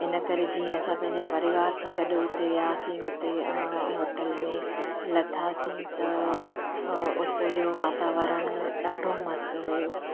इनकरे जीअं असां पंहिंजे परिवार सां गॾु उते वियासीं उते होटल में लथासीं त उते जो वातावरण ॾाढो मस्तु हुयो